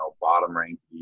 bottom-ranked